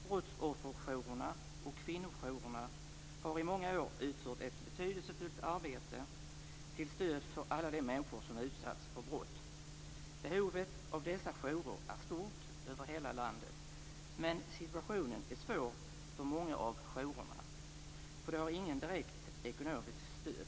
Brottsofferjourerna och kvinnojourerna har under många år utfört ett betydelsefullt arbete till stöd för alla de människor som utsatts för brott. Behovet av dessa jourer är stort över hela landet. Men situationen är svår för många av jourerna, för de har inget direkt ekonomiskt stöd.